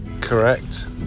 correct